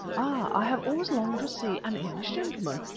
i have always longed to see an english gentleman.